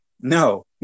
no